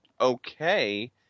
okay